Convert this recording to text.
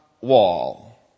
wall